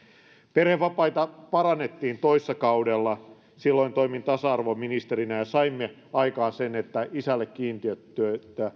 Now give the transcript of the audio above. perhevapaita parannettiin toissa kaudella silloin toimin tasa arvoministerinä ja ja saimme aikaan sen että isälle kiintiöitettyjä